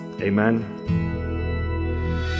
Amen